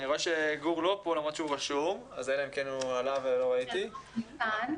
סימה שלום,